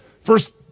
First